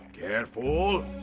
Careful